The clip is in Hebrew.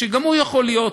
שגם הוא יכול להיות.